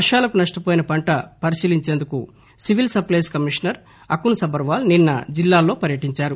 వర్షాలకు నష్టపోయిన పంట పరిశీలించేందుకు సివిల్ సప్లెస్ కమీషనర్ అకుస్ సబర్పాల్ నిన్స జిల్లాలో పర్యటించారు